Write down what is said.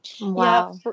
Wow